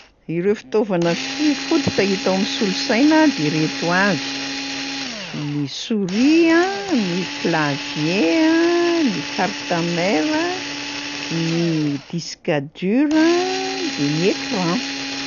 Ireo fitaovana fi- fototra hita ao amin'ny solosaina de reto avy: ny souris a, ny klavie a, ny carte mère a, ny disque dur a, de ny écran.